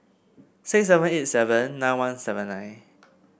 six seven eight seven nine one seven nine